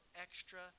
extra